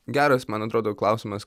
geras man atrodo klausimas